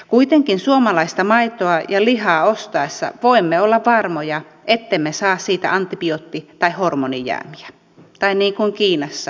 kuitenkin suomalaista maitoa ja lihaa ostaessa voimme olla varmoja ettemme saa siitä antibiootti tai hormonijäämiä tai niin kuin kiinassa